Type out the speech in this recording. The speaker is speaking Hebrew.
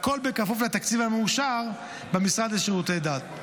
הכול בכפוף לתקציב המאושר במשרד לשירותי דת.